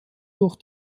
durch